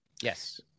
Yes